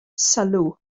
sylw